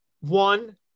one